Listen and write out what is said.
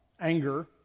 Anger